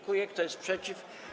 Kto jest przeciw?